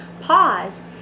pause